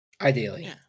Ideally